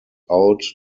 out